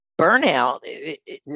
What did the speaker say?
burnout